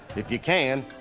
if you can,